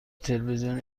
تلویزیون